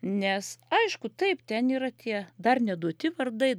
nes aišku taip ten yra tie dar neduoti vardai